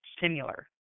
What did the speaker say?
similar